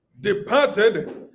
departed